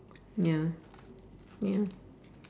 ya ya